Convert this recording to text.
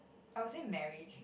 I was in marriage